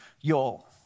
y'all